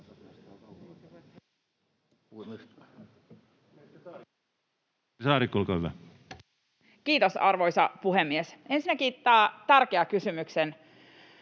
Kiitos, arvoisa puhemies! Ensinnäkin tämän tärkeän kysymyksen